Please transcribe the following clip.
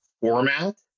format